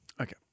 Okay